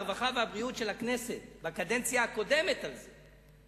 הרווחה והבריאות של הכנסת בקדנציה הקודמת על זה.